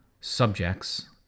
subjects